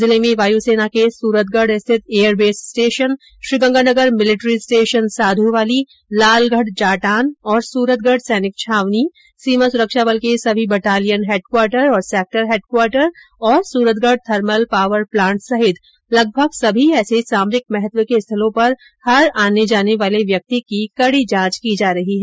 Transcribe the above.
जिले में वायुसेना के सूरतगढ़ स्थित airbase station Sriganganagar military station Sadhrawali Lalgarh Jatan और सूरतगढ़ सैनिक छावनी सीमा सूरक्षा बल के सभी बटालियन हैडक्वार्टर और सेक्टर हैडक्वार्टर और सूरतगढ़ थर्मल पावर प्लांट सहित लगभग सभी ऐसे सामरिक महत्व के स्थलों पर हर आने जाने वाले व्यक्ति की कड़ी जांच की जा रही है